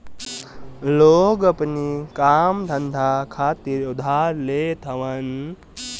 लोग अपनी काम धंधा खातिर उधार लेत हवन